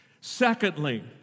Secondly